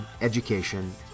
education